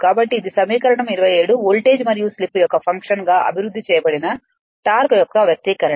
కాబట్టి ఇది సమీకరణం 27 వోల్టేజ్ మరియు స్లిప్ యొక్క ఫంక్షన్ గా అభివృద్ధి చేయబడిన టార్క్ యొక్క వ్యక్తీకరణ